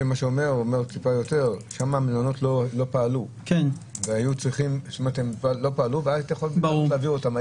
שם המלונות לא פעלו והיה צורך להעביר אותם.